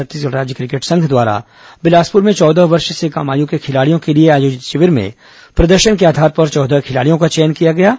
छत्तीसगढ़ राज्य क्रिकेट संघ द्वारा बिलासपुर में चौदह वर्ष से कम आयु के खिलाड़ियों के लिए आयोजित शिविर में प्रदर्शन के आधार पर चौदह खिलाड़ियों का चयन किया गया है